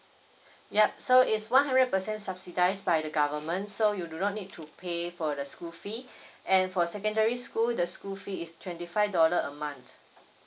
yup so is one hundred percent subsidized by the government so you do not need to pay for the school fees and for secondary school the school fee is twenty five dollar a month